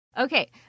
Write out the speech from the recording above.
Okay